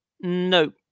no